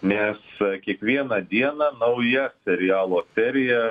nes kiekvieną dieną nauja serialo serija